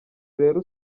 rero